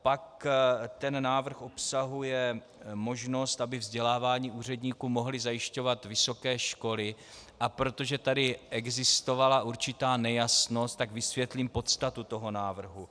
Pak ten návrh obsahuje možnost, aby vzdělávání úředníků mohly zajišťovat vysoké školy, a protože tady existovala určitá nejasnost, tak vysvětlím podstatu toho návrhu.